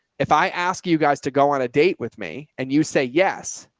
if i ask you guys to go on a date with me and you say, yes,